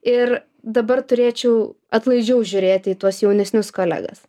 ir dabar turėčiau atlaidžiau žiūrėti į tuos jaunesnius kolegas